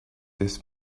this